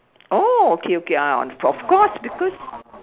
oh okay okay ah of course because